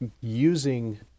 using